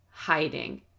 hiding